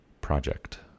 Project